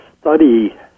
study